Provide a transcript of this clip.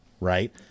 right